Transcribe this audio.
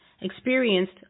experienced